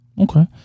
Okay